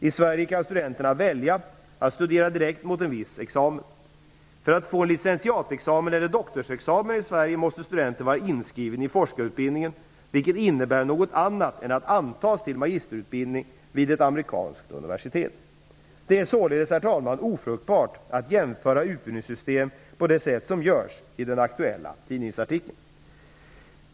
I Sverige kan studenterna välja att studera direkt mot en viss examen. För att få en licentiatexamen eller doktorsexamen i Sverige måste studenten vara inskriven i forskarutbildningen, vilket innebär något annat än att antas till magisterutbildning vid ett amerikanskt universitet. Det är således, herr talman, ofruktbart att jämföra utbildningssystem på det sätt som görs i den aktuella tidningsartikeln.